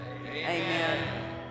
Amen